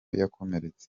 yakomeretse